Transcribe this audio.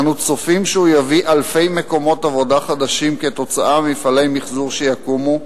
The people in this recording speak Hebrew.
אנו צופים שהוא יביא אלפי מקומות עבודה חדשים במפעלי מיחזור שיקומו.